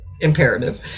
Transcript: imperative